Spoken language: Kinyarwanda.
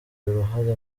uruhare